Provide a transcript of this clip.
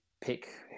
pick